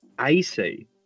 AC